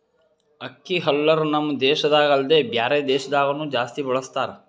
ಅಕ್ಕಿ ಹಲ್ಲರ್ ನಮ್ ದೇಶದಾಗ ಅಲ್ದೆ ಬ್ಯಾರೆ ದೇಶದಾಗನು ಜಾಸ್ತಿ ಬಳಸತಾರ್